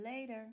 later